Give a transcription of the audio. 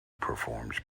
performs